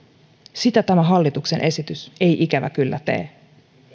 sitä tämä hallituksen esitys ei ikävä kyllä tee